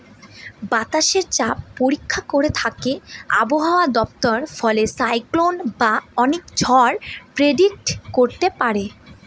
বাতাসের চাপ পরীক্ষা করে থাকে আবহাওয়া দপ্তর ফলে সাইক্লন বা অনেক ঝড় প্রেডিক্ট করতে পারে